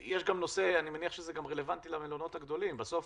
אני מניח שזה רלוונטי גם למלונות הגדולים, בסוף